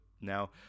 Now